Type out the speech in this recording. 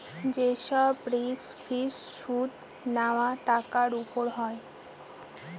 যে সব risk free সুদ নেওয়া টাকার উপর হয়